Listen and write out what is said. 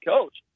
coach